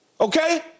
Okay